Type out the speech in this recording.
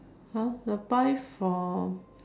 !huh! I buy from